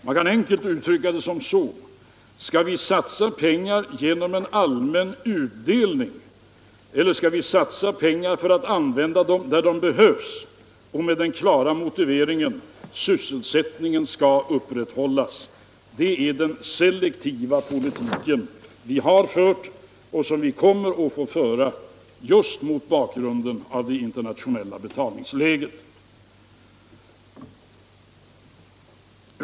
Man kan enkelt uttrycka det så här: Skall vi satsa pengar genom en allmän utdelning, eller skall vi satsa pengar för att använda dem där de behövs och med den klara motiveringen att sysselsättningen skall upprätthållas? Det sistnämnda är den selektiva politik som vi har fört och som vi kommer att få föra just mot bakgrunden av det internationella betalningsläget.